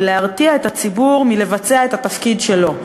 היא להרתיע את הציבור מלבצע את התפקיד שלו.